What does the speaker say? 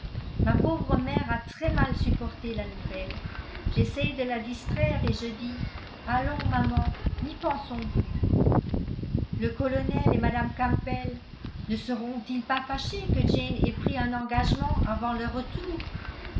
ma pauvre mère a très mal supporté la nouvelle j'essaye de la distraire et je dis allons maman n'y pensons plus le colonel et mme campbell ne seront-ils pas fâchés que jane ait pris un engagement avant leur retour